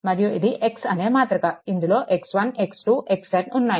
మరియు ఇది X అనే మాతృక ఇందులో x1 x2 xn ఉన్నాయి